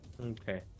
Okay